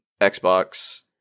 xbox